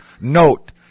Note